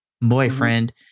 boyfriend